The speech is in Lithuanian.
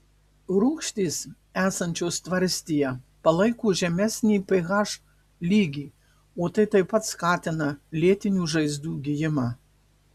rūgštys esančios tvarstyje palaiko žemesnį ph lygį o tai taip pat skatina lėtinių žaizdų gijimą